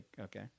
Okay